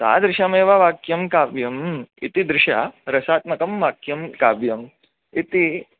तादृशमेव वाक्यं काव्यम् इति दृशा रसात्मकं वाक्यं काव्यम् इति